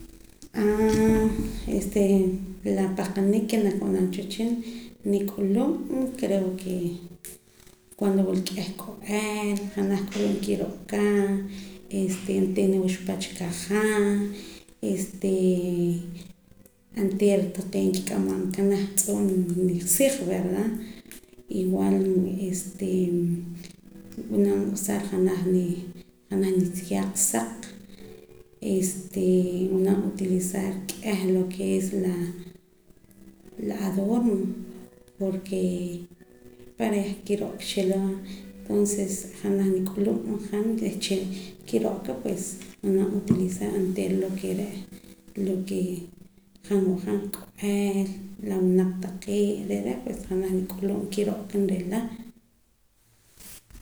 Este la papahqanik ke nakab'anam cha wehchin nik'ulum creo ke cuando wula k'ieh k'o'el janaj k'ulum kiro'ka este onteera niwuchpach kajaa' onteera taqee' nkik'amam aka janaj tz'oo' nisij verda igual nb'anam usar janaj nitz'iyaaq saq nb'anam utilizar k'eh lo ke es la adorno porke para ke kiro'cha chi'ila va entonces janaj nik'ulum han reh chila kiro'ka pues nb'anam utilizar onteera lo ke re' lo ke han nwajaam k'o'el la winaq taqee' re' re' pues janaj nik'ulum kiro'ka nrila